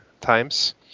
times